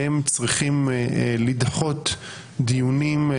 והם צריכים לדחות דיונים.